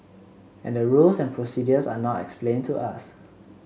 and the rules and procedures are not explained to us